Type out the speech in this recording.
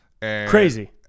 Crazy